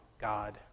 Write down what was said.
God